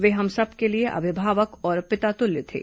वे हम सबके के लिए अभिभावक और पितातुल्य थे